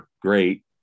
great